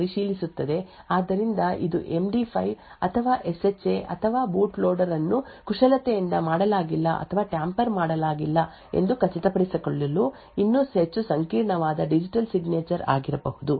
ಆದ್ದರಿಂದ ಇದು ಆ ಬೂಟ್ ಲೋಡರ್ ನ ಸಹಿ ಸರಿಯಾಗಿದೆಯೇ ಎಂದು ಪರಿಶೀಲಿಸುತ್ತದೆ ಆದ್ದರಿಂದ ಇದು ಎಮ್ಡಿ54 ಅಥವಾಎಸ್ಎಚ್ಎ ಅಥವಾ ಬೂಟ್ ಲೋಡರ್ ಅನ್ನು ಕುಶಲತೆಯಿಂದ ಮಾಡಲಾಗಿಲ್ಲ ಅಥವಾ ಟ್ಯಾಂಪರ್ ಮಾಡಲಾಗಿಲ್ಲ ಎಂದು ಖಚಿತಪಡಿಸಿಕೊಳ್ಳಲು ಇನ್ನೂ ಹೆಚ್ಚು ಸಂಕೀರ್ಣವಾದ ಡಿಜಿಟಲ್ ಸಿಗ್ನೇಚರ್ ಆಗಿರಬಹುದು